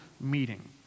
meeting